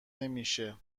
نمیشه